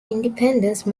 independence